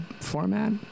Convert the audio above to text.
format